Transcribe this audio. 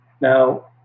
Now